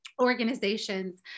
Organizations